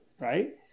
right